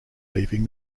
leaving